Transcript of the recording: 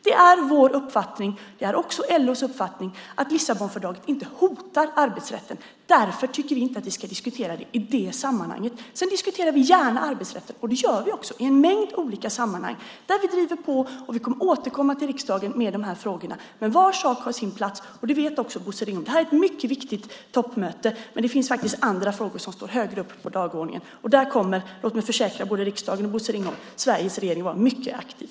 Det är vår uppfattning - det är också LO:s uppfattning - att Lissabonfördraget inte hotar arbetsrätten. Därför tycker vi inte att vi ska diskutera det i det sammanhanget. Sedan diskuterar vi gärna arbetsrätten, och det gör vi också i en mängd olika sammanhang där vi driver på, och vi kommer att återkomma till riksdagen med de här frågorna. Men var sak har sin plats, och det vet också Bosse Ringholm. Det här är ett mycket viktigt toppmöte, men det finns faktiskt andra frågor som står högre upp på dagordningen. Där kommer - låt mig försäkra både riksdagen och Bosse Ringholm om det - Sveriges regering att vara mycket aktiv.